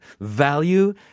value